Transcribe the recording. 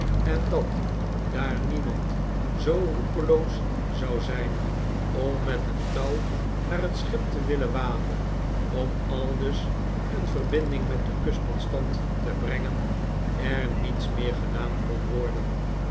en dat daar niemand zoo roekeloos zou zijn om met een touw naar het schip te willen waden om aldus een verbinding met de kust tot stand te brengen er niets rheer gedaan kon worden